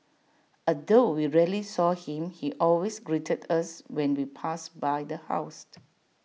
although we rarely saw him he always greeted us when we passed by the house